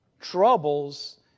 troubles